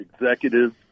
executive